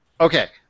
Okay